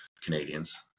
Canadians